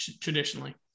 traditionally